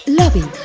lobby